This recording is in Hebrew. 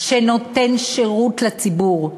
שנותן שירות לציבור,